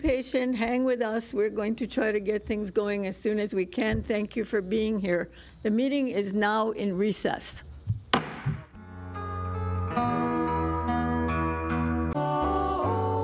patient hang with us we're going to try to get things going as soon as we can thank you for being here the meeting is now in recess